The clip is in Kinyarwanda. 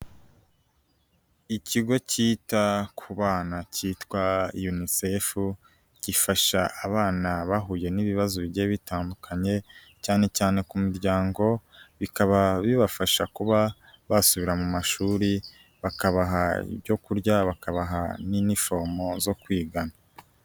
Ikigo cyita ku bana cyitwa UNICEF, gifasha abana bahuye n'ibibazo bigiye bitandukanye, cyane cyane ku miryango, bikaba bibafasha kuba basubira mu mashuri, bakaha ibyo kurya, bakabaha n'inifomo zo kwigana.